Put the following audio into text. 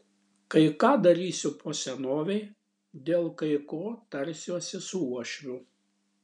kai ką darysiu po senovei dėl kai ko tarsiuosi su uošviu